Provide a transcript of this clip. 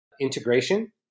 integration